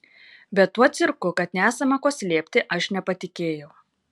bet tuo cirku kad nesama ko slėpti aš nepatikėjau